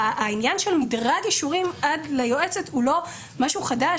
שהעניין של מדרג האישורים עד ליועצת הוא לא דבר חדש,